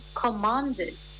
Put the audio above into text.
commanded